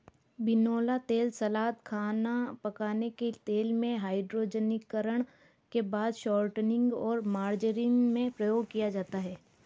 बिनौला तेल सलाद, खाना पकाने के तेल में, हाइड्रोजनीकरण के बाद शॉर्टनिंग और मार्जरीन में प्रयोग किया जाता है